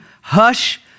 hush